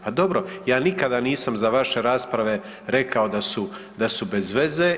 Pa dobro, ja nikada nisam za vaše rasprave rekao da su bez veze.